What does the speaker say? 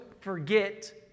forget